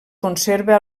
conserva